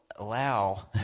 allow